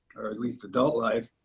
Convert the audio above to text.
or at least adult life.